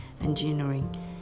engineering